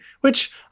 which-